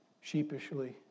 sheepishly